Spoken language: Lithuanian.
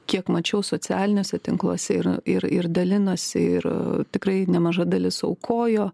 kiek mačiau socialiniuose tinkluose ir ir ir dalinasi ir tikrai nemaža dalis aukojo